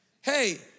Hey